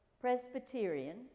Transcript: Presbyterian